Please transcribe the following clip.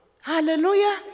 Hallelujah